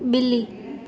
ॿिली